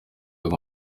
ngo